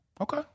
Okay